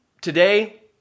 today